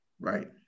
Right